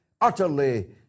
utterly